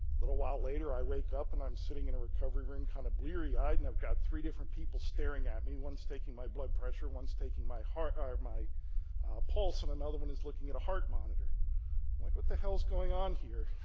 little while later i wake up and i'm sitting in a recovery room kind of bleary-eyed and i've got three different people starring at me. one is taking my blood pressure, one is taking my heart my pulse and another one is looking at a heart monitor. i'm like what the hell is going on here?